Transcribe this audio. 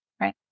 right